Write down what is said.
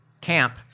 camp